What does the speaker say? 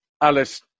Alice